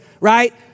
right